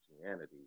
Christianity